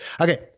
Okay